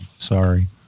Sorry